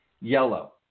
yellow